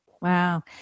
Wow